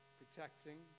protecting